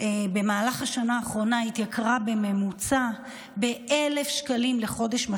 במהלך השנה האחרונה התייקרה המשכנתה בממוצע ב-1,000 שקלים לחודש.